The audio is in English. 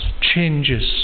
changes